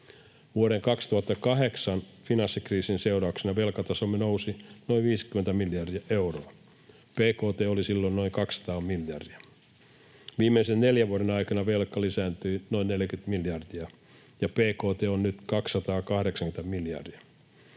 Vuoden 2008 finanssikriisin seurauksena velkatasomme nousi noin 50 miljardia euroa. Bkt oli silloin noin 200 miljardia. Viimeisen neljän vuoden aikana velka lisääntyi noin 40 miljardia, ja bkt on nyt 280 miljardia.